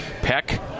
Peck